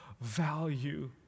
value